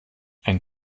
ein